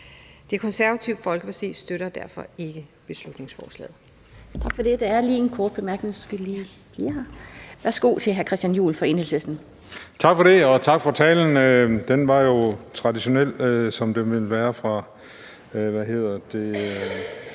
Det Konservative Folkeparti støtter derfor ikke beslutningsforslaget.